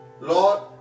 Lord